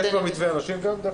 יש כבר מתווה כולל.